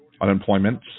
unemployment